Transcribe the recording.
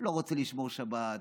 לא רוצה לשמור שבת,